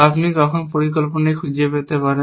আপনি কখন পরিকল্পনাটি খুঁজে পেতে পারেন